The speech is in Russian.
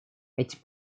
эти